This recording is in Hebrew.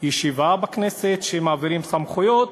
ישיבה בכנסת שמעבירים סמכויות,